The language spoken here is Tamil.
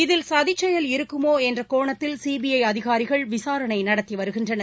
இதில் சதிச்செயல் இருக்குமோ என்ற கோணத்தில் சிபிஐ அதிகாரிகள் விசாரணை நடத்தி வருகின்றனர்